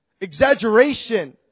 exaggeration